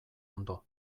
ondo